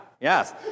yes